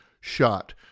shot